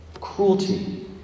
cruelty